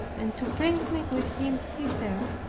and to bring me with him thither,